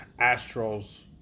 Astros